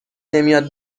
نمیاد